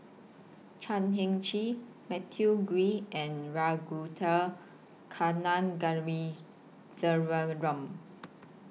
Chan Heng Chee Matthew Ngui and